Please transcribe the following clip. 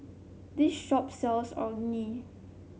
this shop sells Orh Nee